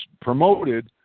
promoted